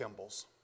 Kimballs